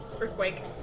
Earthquake